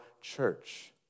church